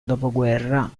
dopoguerra